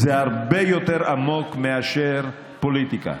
זה הרבה יותר עמוק מאשר פוליטיקה.